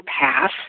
pass